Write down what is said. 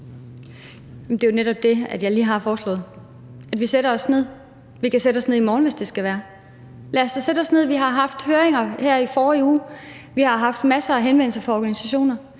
Det er jo netop det, jeg lige har foreslået: at vi sætter os ned. Vi kan sætte os ned i morgen, hvis det skal være. Lad os da sætte os ned. Vi har haft høringer her i forrige uge, og vi har haft masser af henvendelser fra organisationer.